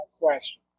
question